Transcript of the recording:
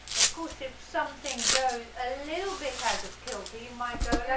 of course, if something goes a little bit out of kilter you might go yeah